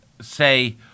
say